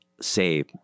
say